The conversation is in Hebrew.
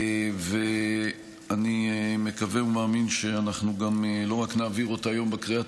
אני מקווה ומאמין שלא נעביר אותה רק בקריאה